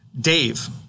Dave